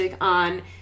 on